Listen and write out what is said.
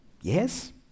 Yes